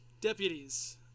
Deputies